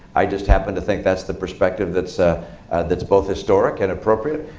i just happen to think that's the perspective that's ah that's both historic and appropriate.